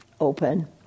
open